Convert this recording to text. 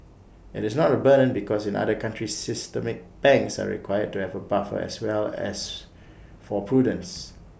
IT is not A burn because in other countries systemic banks are required to have A buffer as well as for prudence